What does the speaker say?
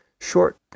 short